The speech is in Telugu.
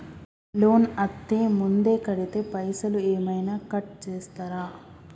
లోన్ అత్తే ముందే కడితే పైసలు ఏమైనా కట్ చేస్తరా?